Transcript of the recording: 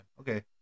Okay